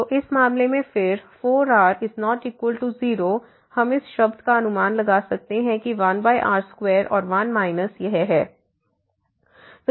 तो इस मामले में फिर 4r≠0 हम इस शब्द का अनुमान लगा सकते हैं कि 1r2 और 1 माइनस यह है